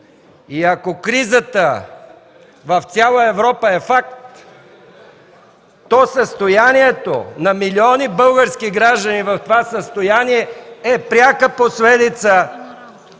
И ако кризата в цяла Европа е факт, то състоянието на милиони български граждани е пряка последица